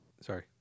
Sorry